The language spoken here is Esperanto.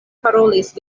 parolis